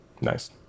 Nice